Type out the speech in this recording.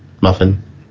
muffin